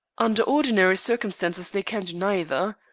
under ordinary circumstances they can do neither.